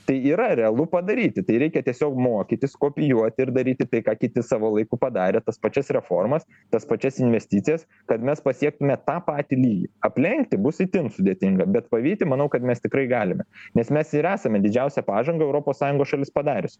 tai yra realu padaryti tai reikia tiesiog mokytis kopijuoti ir daryti tai ką kiti savo laiku padarė tas pačias reformas tas pačias investicijas kad mes pasiektume tą patį lygį aplenkti bus itin sudėtinga bet pavyti manau kad mes tikrai galime nes mes ir esame didžiausią pažangą europos sąjungos šalis padarius